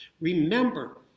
Remember